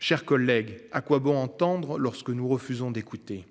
chers collègues. À quoi bon entendre lorsque nous refusons d'écouter.